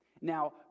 Now